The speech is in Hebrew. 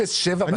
אני